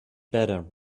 better